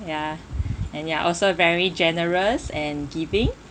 ya and you're also very generous and giving